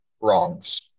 wrongs